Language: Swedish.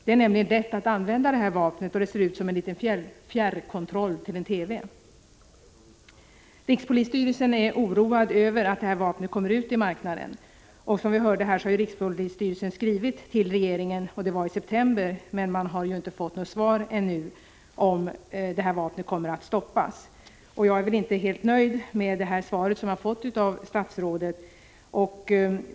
Det är nämligen lätt att använda vapnet, då det ser ut som en liten fjärrkontroll till en TV. Rikspolisstyrelsen är oroad över att det här vapnet kommer ut i marknaden. Som vi hörde skrev rikspolisstyrelsen redan i september till regeringen och bad att få vapnet stoppat, men har tydligen ännu inte fått något svar. Herr talman! Jag är inte helt nöjd med det svar som jag har fått av statsrådet.